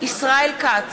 ישראל כץ,